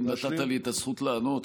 אם נתת לי את הזכות לענות,